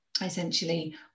essentially